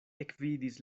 ekvidis